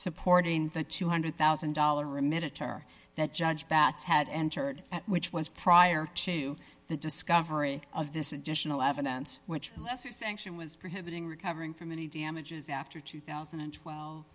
supporting the two hundred thousand dollars a minute turner that judge bats had entered which was prior to the discovery of this additional evidence which lets you sanction was prohibited recovering from any damages after two thousand and twelve